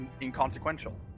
inconsequential